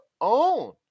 own